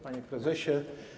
Panie Prezesie!